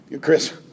Chris